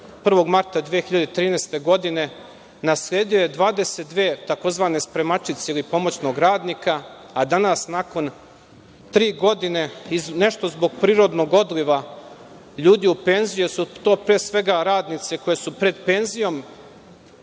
1. marta 2013. godine nasledio je 22 tzv. spremačice, ili pomoćnog radnika, a danas nakon tri godine i nešto zbog prirodnog odliva ljudi u penzije su to pre svega radnice koje su pred penzijom,